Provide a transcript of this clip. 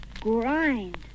grind